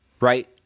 right